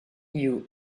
you